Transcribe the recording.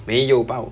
没有吧